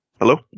Hello